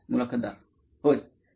मुलाखतदार होय